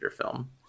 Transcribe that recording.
film